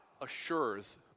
assures